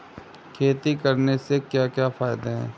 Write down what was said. खेती करने से क्या क्या फायदे हैं?